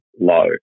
low